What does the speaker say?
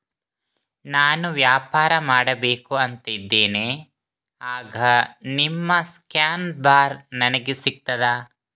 ನಾನು ವ್ಯಾಪಾರ ಮಾಡಬೇಕು ಅಂತ ಇದ್ದೇನೆ, ಆಗ ನಿಮ್ಮ ಸ್ಕ್ಯಾನ್ ಬಾರ್ ನನಗೆ ಸಿಗ್ತದಾ?